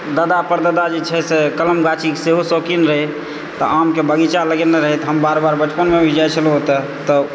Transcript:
दादा परदादा जे छै से कलम गाछीके सेहो शौकिन रहै तऽ आमके बगीचा लगेने रहै तऽ हम बार बार बचपनमे भी जाय छलहुँ ओतऽ तऽ